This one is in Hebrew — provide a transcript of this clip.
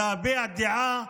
להביע דעה,